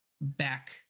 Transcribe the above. back